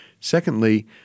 Secondly